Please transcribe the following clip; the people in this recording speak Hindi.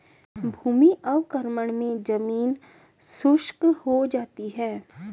भूमि अवक्रमण मे जमीन शुष्क हो जाती है